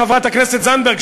חברת הכנסת זנדברג,